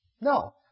No